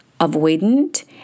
avoidant